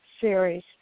series